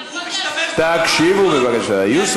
חלאס.